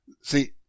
see